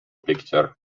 picture